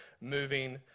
moving